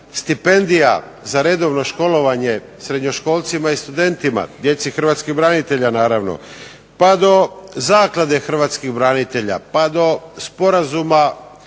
stipendija za redovno školovanje srednjoškolcima i studentima djeci hrvatskih branitelja naravno, pa do Zaklade hrvatskih branitelja, pa do Sporazuma